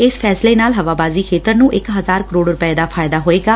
ਇਸ ਫੈਸਲੇ ਨਾਲ ਹਵਾਬਾਜ਼ੀ ਖੇਤਰ ਨੂੰ ਇਕ ਹਜ਼ਾਰ ਕਰੋੜ ਰੁਪੈ ਦਾ ਫਾਇਦਾ ਹੋਏਗਾ